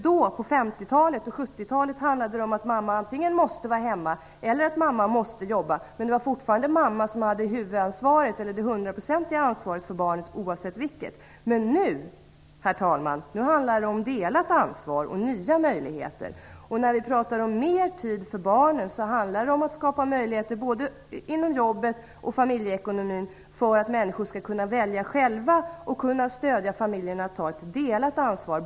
Då, på 50-talet och på 70-talet, handlade det om att mamma antingen måste vara hemma eller jobba, men det var fortfarande mamman som hade det hundraprocentiga ansvaret för barnet oavsett vad hon valde. Nu, herr talman, handlar det om delat ansvar och om nya möjligheter. När vi pratar om mer tid för barnen handlar det om att skapa möjligheter, både inom jobbet och inom familjeekonomin, så att människor skall kunna välja själva. Det handlar om att stödja familjerna att ta delat ansvar.